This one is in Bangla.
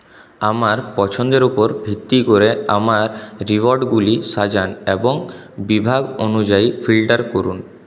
আমার পছন্দের উপর ভিত্তি করে আমার রিওয়ার্ডগুলি সাজান এবং বিভাগ অনুযায়ী ফিল্টার করুন